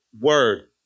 word